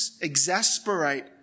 exasperate